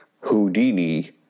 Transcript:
Houdini